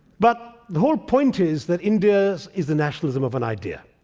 but, the whole point is that india is is the nationalism of an idea.